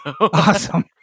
Awesome